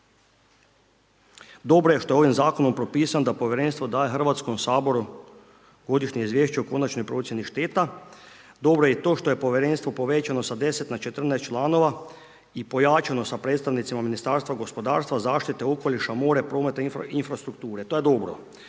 Dobro je što je ovim zakonom propisano da povjerenstvo daje Hrvatskom saboru Godišnje izvješće o konačnoj procjeni šteta, dobro je to što je povjerenstvo povećano s 10 na 14 članova i pojačano sa predstavnicima Ministarstva gospodarstva, zaštite okoliša, more, prometa, infrastrukture, to je dobro.